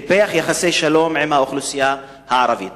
טיפח יחסי שלום עם האוכלוסייה הערבית.